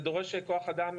זה דורש כוח אדם.